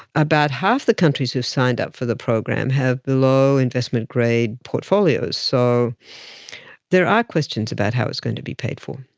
about half the countries who've signed up for the program have low investment grade portfolios. so there are questions about how it's going to be paid for.